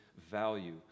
value